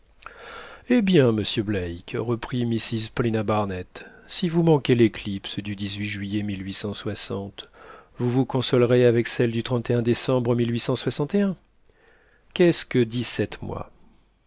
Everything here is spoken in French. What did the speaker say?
eh bien monsieur black reprit mrs paulina barnett si vous manquez l'éclipse du juillet vous vous consolerez avec celle du décembre qu'est-ce que dix-sept mois